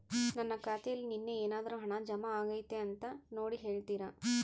ನನ್ನ ಖಾತೆಯಲ್ಲಿ ನಿನ್ನೆ ಏನಾದರೂ ಹಣ ಜಮಾ ಆಗೈತಾ ಅಂತ ನೋಡಿ ಹೇಳ್ತೇರಾ?